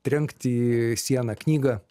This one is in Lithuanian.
trenkti į sieną knygą